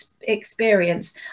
experience